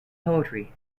poetry